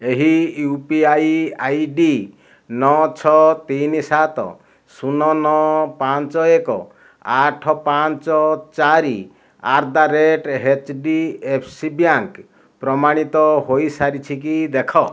ଏହି U P I I D ନଅ ଛଅ ତିନି ସାତ ଶୂନ ନଅ ପାଞ୍ଚ ଏକ ଆଠ ପାଞ୍ଚ ଚାରି at the rate H D F C bank ପ୍ରମାଣିତ ହୋଇ ସାରିଛି କି ଦେଖ